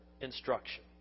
instruction